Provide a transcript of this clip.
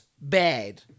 bad